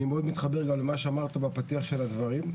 אני מאוד מתחבר גם למה שאמרת בפתיח של הדברים.